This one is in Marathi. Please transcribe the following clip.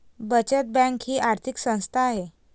बचत बँक ही आर्थिक संस्था आहे